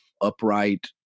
upright